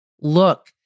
Look